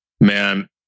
Man